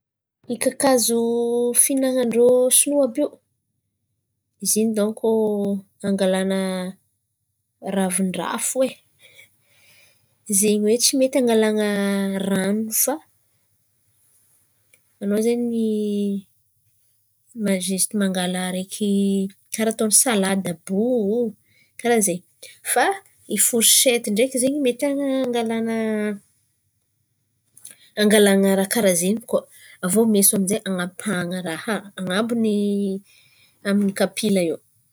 Kakazo fihinan-drô sinoa àby io, izy in̈y dônko angalàna ravin-dràha fo ai. Zen̈y hoe tsy mety angalàn̈a ranon̈y fa an̈ao zen̈y zioste mangàla karà ataon̈y salady abio karazen̈y. Fa foioshety ndraiky zen̈y mety angalàna angalàna raha karà zen̈y koa. Avô meso amin'zay hanapahan̈a raha an̈abon'n̈y an̈abon'n̈y kapila eo.